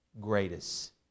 greatest